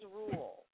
rule